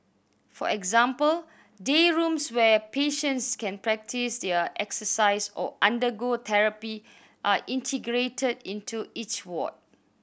for example day rooms where patients can practise their exercise or undergo therapy are integrated into each ward